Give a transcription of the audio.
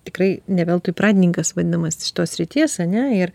tikrai ne veltui pradininkas vadinamas tos srities ane ir